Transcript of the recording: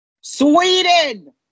Sweden